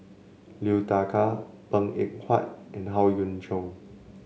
Liu Thai Ker Png Eng Huat and Howe Yoon Chong